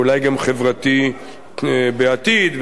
אולי גם חברתי בעתיד.